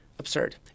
absurd